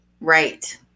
Right